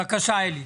בבקשה, אלי.